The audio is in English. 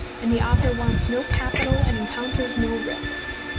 and the author wants no capital, and encounters no risks.